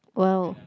!wow!